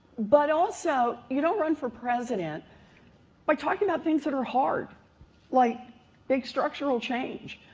but also you don't run for president by talking about things that are hard like big structural change.